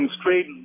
straight